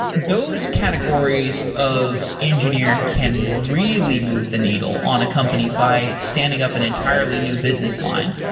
those categories of engineer can really move the needle on a company by standing up an entirely new business line.